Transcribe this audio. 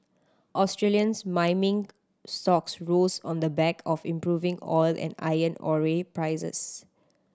Australians mining stocks rose on the back of improving oil and iron ore prices